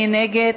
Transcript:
מי נגד?